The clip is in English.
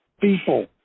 people